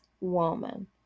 woman